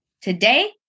today